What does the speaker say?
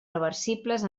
reversibles